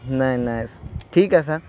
نہیں نہیں س ٹھیک ہے سر